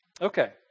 Okay